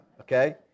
Okay